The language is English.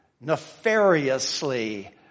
nefariously